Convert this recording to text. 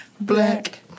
black